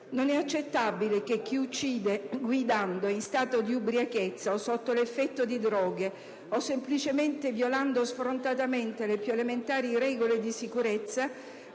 Non è accettabile che chi uccide guidando, in stato di ubriachezza o sotto l'effetto di droghe, o semplicemente violando sfrontatamente le più elementari regole di sicurezza